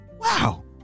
Wow